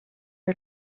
you